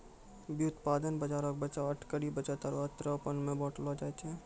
व्युत्पादन बजारो के बचाव, अटकरी, बचत आरु अंतरपनो मे बांटलो जाय छै